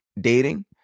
dating